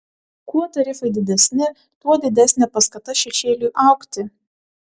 kuo tarifai didesni tuo didesnė paskata šešėliui augti